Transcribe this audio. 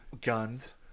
Guns